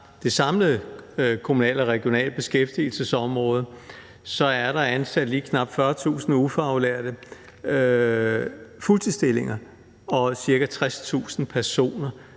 det samlede kommunale og regionale beskæftigelsesområde, er ansat lige knap 40.000 ufaglærte i fuldtidsstillinger og der er ca. 60.000 personer,